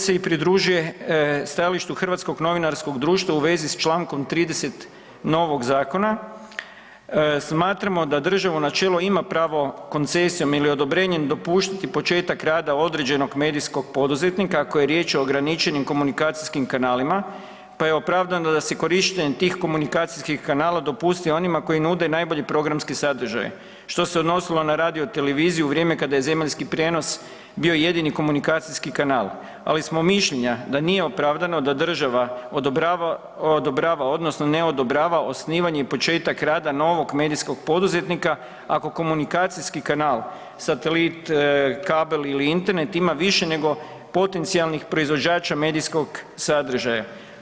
HSLS se pridružuje i stajalištu Hrvatskog novinarskog društva u vezi s čl. 30 novog zakona, smatramo da država u načelu ima pravo koncesijom ili odobrenjem dopuštati početak rada određenog medijskog poduzetnika ako je riječ o ograničenim komunikacijskim kanalima, pa je opravdano da se korištenje tih komunikacijskih kanala dopusti onima koji nude najbolji programski sadržaj, što se odnosilo na radioteleviziju u vrijeme kad je zemaljski prijenos bio jedini komunikacijski kanal, ali smo mišljenja da nije opravdano da država odobrava, odnosno ne odobrava osnivanje početak rada novog medijskog poduzetnika ako komunikacijski kanal, satelit, kabel ili internet ima više nego potencijalnih proizvođača medijskog sadržaja.